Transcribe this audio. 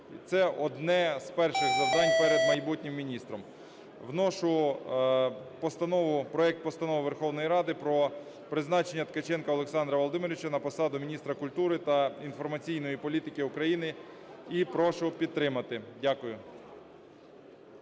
Це одне з перших завдань перед майбутнім міністром. Вношу проект Постанови Верховної Ради про призначення Ткаченка Олександра Володимировича на посаду міністра культури та інформаційної політики України. І прошу підтримати. Дякую.